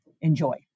Enjoy